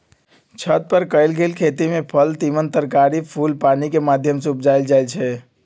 छत पर कएल गेल खेती में फल तिमण तरकारी फूल पानिकेँ माध्यम से उपजायल जाइ छइ